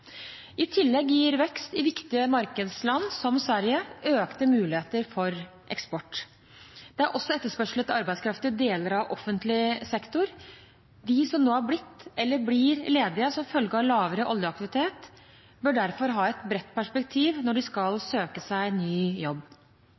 I tillegg gir vekst i viktige markedsland som Sverige økte muligheter for eksport. Det er også etterspørsel etter arbeidskraft i deler av offentlig sektor. De som nå er blitt eller blir ledige som følge av lavere oljeaktivitet, bør derfor ha et bredt perspektiv når de skal